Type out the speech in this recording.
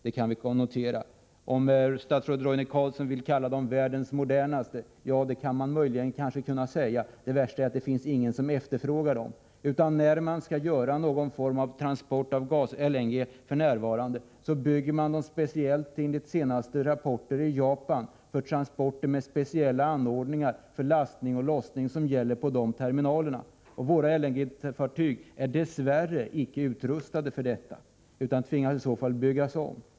Statsrådet Roine Carlsson vill kalla dem världens modernaste fartyg, och det kan man kanske göra, men det sorgligaär att det inte finns någon som efterfrågar dem. När man f. n. skall göra någon form av LNG-transport bygger man fartygen, enligt senaste rapporter från Japan, för sådana transporter med anordningar för lastning och lossning vid speciella terminaler. Våra LNG-fartyg är dess värre inte utrustade för detta, utan måste byggas om för att motsvara sådana krav.